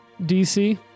dc